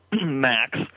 max